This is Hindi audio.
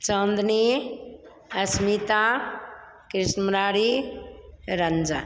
चाँदनी अस्मिता कृष्ण मुरारी रंजन